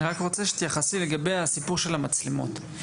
אני רק רוצה שתתייחסי לגבי הסיפור של המצלמות.